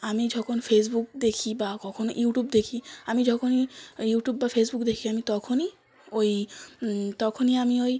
আমি যখন ফেসবুক দেখি বা কখনও ইউটিউব দেখি আমি যখনই ইউটিউব বা ফেসবুক দেখি আমি তখনই ওই তখনই আমি ওই